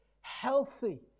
healthy